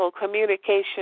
communication